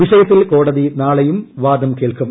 വിഷയത്തിൽ കോടതി നാളെയും വാദം കേൾക്കും